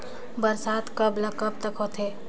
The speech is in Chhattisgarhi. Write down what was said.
बरसात कब ल कब तक होथे?